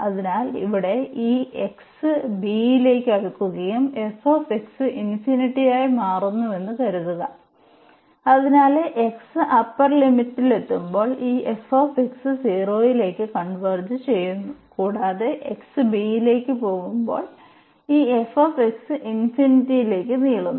അതിനാൽ ഇവിടെ ഈ ലേക്ക് അടുക്കുമ്പോൾ f ആയി മാറുന്നുവെന്ന് കരുതുക അതിനാൽ x അപ്പർ ലിമിറ്റിലെത്തുമ്പോൾ ഈ f 0 ലേക്ക് കൺവേർജ് ചെയ്യുന്നു കൂടാതെ x b ലേക്ക് പോകുമ്പോൾ ഈ f ഇൻഫിനിറ്റിയിലേക്ക് നീളുന്നു